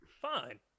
fine